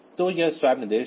तो यह स्वैप निर्देश है